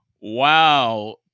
wow